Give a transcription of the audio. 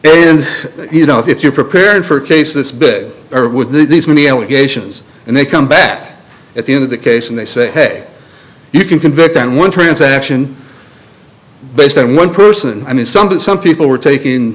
and you know if you're prepared for a case this big or with these many allegations and they come back at the end of the case and they say you can convict on one transaction based on one person i mean some that some people were taking